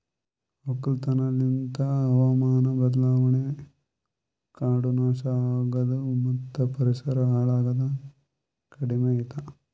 ಒಕ್ಕಲತನ ಲಿಂತ್ ಹಾವಾಮಾನ ಬದಲಾವಣೆ, ಕಾಡು ನಾಶ ಆಗದು ಮತ್ತ ಪರಿಸರ ಹಾಳ್ ಆಗದ್ ಕಡಿಮಿಯಾತು